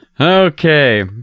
Okay